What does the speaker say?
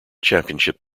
championship